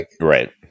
Right